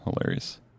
Hilarious